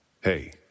Hey